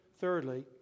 thirdly